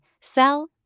sell